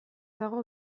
dago